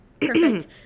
Perfect